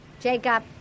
Jacob